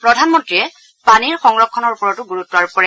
প্ৰধানমন্ত্ৰীয়ে পানীৰ সংৰক্ষণৰ ওপৰতো গুৰুত্ব আৰোপ কৰে